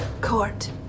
Court